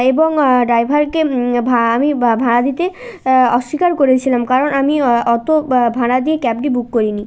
এবং ড্রাইভারকে আমি ভাড়া দিতে অস্বীকার করেছিলাম কারণ আমি অত ভাড়া দিয়ে ক্যাবটি বুক করিনি